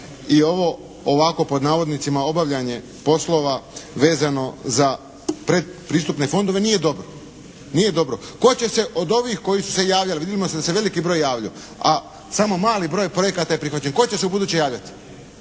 i ovo, ovakvo pod navodnicima obavljanje poslova vezano za predpristupne fondove nije dobro. Nije dobro. Tko će se od ovih koji su se javljali, vidimo da se veliki broj javljao, a samo mali broj projekata je prihvaćen. Tko će se ubuduće javljati?